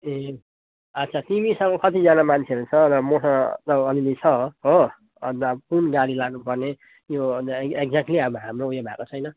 ए अच्छा तिमीसँग कतिजाना मान्छेहरू छ र मसँग त अलिअलि छ हो अन्त कुन गाडी लानुपर्ने यो एक्जाक्ट्ली अब हाम्रो उयो भएको छैन